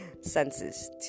senses